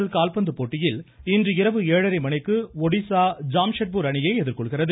L கால்பந்து போட்டியில் இன்று இரவு ஏழரை மணிக்கு ஒடிசா ஜாம்ஷெட்பூர் அணியை எதிர்கொள்கிறது